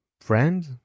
friend